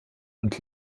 und